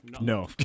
No